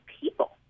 people